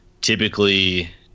typically